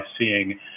seeing